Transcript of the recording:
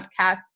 podcast